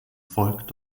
folgt